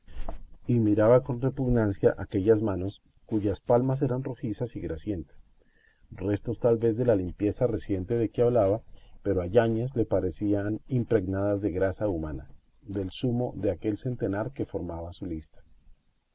y miraba con repugnancia aquellas manos cuyas palmas eran rojizas y grasientas restos tal vez de la limpieza reciente de que hablaba pero a yáñez le parecían impregnadas de grasa humana del zumo de aquel centenar que formaba su lista